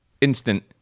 instant